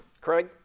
Craig